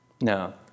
no